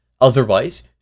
Otherwise